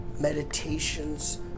meditations